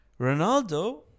Ronaldo